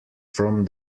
from